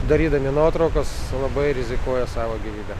darydami nuotraukas labai rizikuoja savo gyvybe